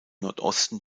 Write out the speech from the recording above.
nordosten